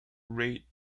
raid